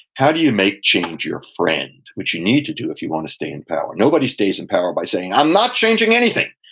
how do you make change your friend, which you need to do if you want to stay in power? nobody stays in power by saying, i'm not changing anything,